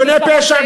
ארגוני פשע.